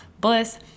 bliss